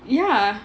ya